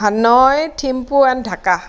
Hanoi Thimphu and Dhaka